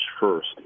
first